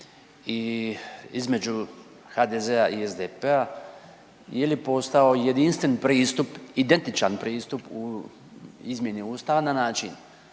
između HDZ-a i SDP-a, je li postojao jedinstven pristup, identičan pristup u izmjeni Ustava na način